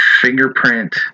fingerprint